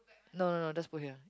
no no no just put here